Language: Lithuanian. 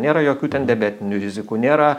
nėra jokių ten debetinių rizikų nėra